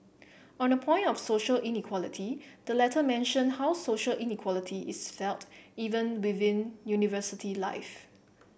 on the point of social inequality the letter mention how social inequality is felt even within university life